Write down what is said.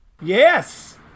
Yes